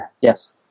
Yes